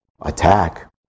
attack